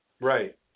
Right